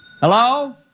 Hello